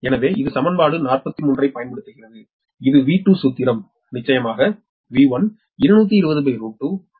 எனவே இது சமன்பாடு 43 ஐப் பயன்படுத்துகிறது இது V2 சூத்திரம் நிச்சயமாக V1 2203127